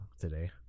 today